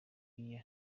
year